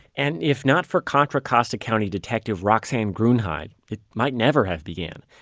and if not for contra costa county detective roxane gruenheid, it might never have began.